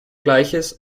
gleiches